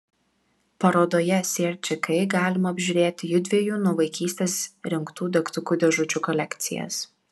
parodoje sierčikai galima apžiūrėti judviejų nuo vaikystės rinktų degtukų dėžučių kolekcijas